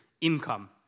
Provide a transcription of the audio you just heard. income